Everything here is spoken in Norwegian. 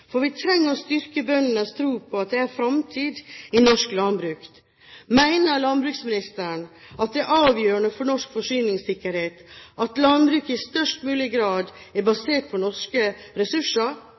Norge. Vi trenger å styrke bøndenes tro på at det er en fremtid i norsk landbruk. Mener landbruksministeren at det er avgjørende for norsk forsyningssikkerhet at landbruket i størst mulig grad er